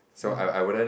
so I I wouldn't